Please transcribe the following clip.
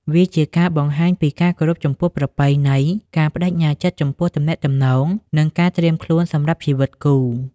វាជាការបង្ហាញពីការគោរពចំពោះប្រពៃណី ការប្តេជ្ញាចិត្តចំពោះទំនាក់ទំនង និងជាការត្រៀមខ្លួនសម្រាប់ជីវិតគូ។